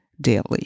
daily